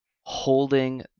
holding